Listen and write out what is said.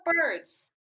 birds